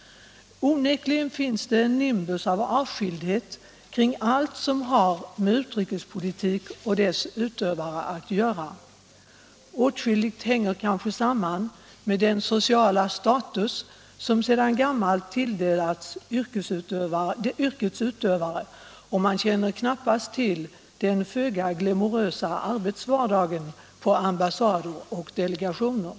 Onekligen finns det en nimbus av avskildhet kring allt som har med utrikespolitik och dess utövare att göra. Åtskilligt hänger kanske "EE FRRRAA R NrAN A RR FRANS SA Fe on RS RR ara Eee samman med den sociala status som sedan gammalt tilldelats yrkets Nr 123 utövare, och man känner knappast till den föga glamorösa arbetsvardagen Onsdagen den på ambassader och i delegationer.